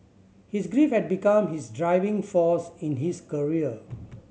his grief had become his driving force in his career